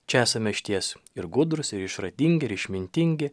čia esame išties ir gudrūs ir išradingi ir išmintingi